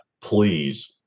Please